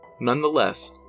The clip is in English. Nonetheless